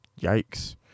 Yikes